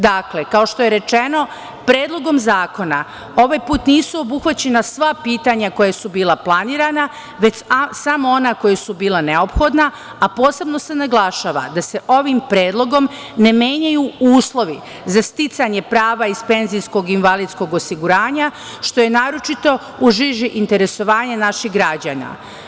Dakle, kao što je rečeno, Predlogom zakona ovaj put nisu obuhvaćena sva pitanja koja su bila planirana, već samo ona koja su bila neophodna, a posebno se naglašava da se ovim predlogom ne menjaju uslovi za sticanje prava iz penzijskog i invalidskog osiguranja, što je naročito u žiži interesovanja naših građana.